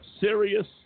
serious